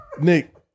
Nick